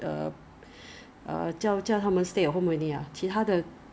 did did did the did the government or the school gave them like free 口罩